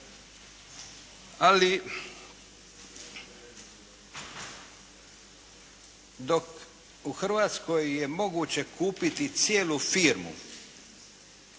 Ali dok u Hrvatskoj je moguće kupiti cijelu firmu,